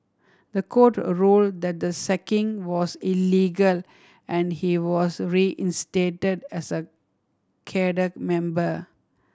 the court a ruled that the sacking was illegal and he was reinstated as a member